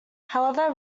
however